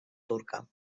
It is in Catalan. turca